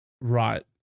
Right